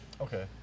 Okay